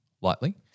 lightly